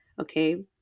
okay